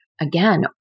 Again